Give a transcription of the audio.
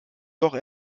doch